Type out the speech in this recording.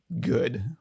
good